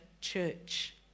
church